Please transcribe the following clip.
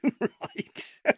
right